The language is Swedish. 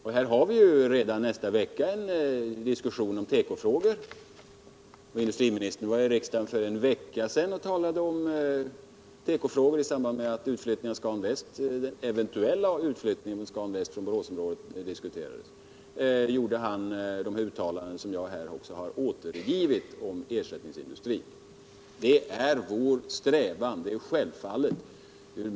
Här har vi ju redan nästa vecka en diskussion om tekofrågor. Industriministern stod i riksdagen för en vecka sedan och talade om tekofrågor i samband med att den eventuella utflyttningen av Scan Väst från Boråsområdet diskuterades. Då gjorde han de uttalanden om ersättningsindustri som jag här har återgivit.